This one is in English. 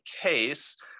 case